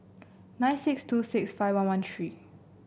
nine six two six five one one three